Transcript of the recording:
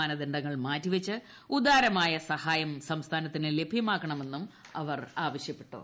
മാനദണ്ഡങ്ങൾ മാറ്റിവെച്ച് ഉദാരമായ സഹായം സംസ്ഥാനത്തിന് ലഭ്യമാക്കണമെന്നും അവർ ആവശ്യപ്പെട്ടു